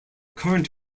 current